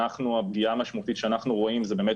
הפגיעה המשמעותית שאנחנו רואים זה באמת